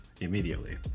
immediately